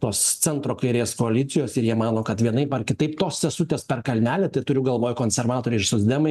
tos centro kairės koalicijos ir jie mano kad vienaip ar kitaip tos sesutės per kalnelį tai turiu galvoj konservatoriai ir socdemai